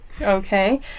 Okay